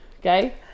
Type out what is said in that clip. Okay